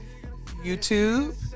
YouTube